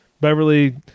Beverly